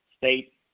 State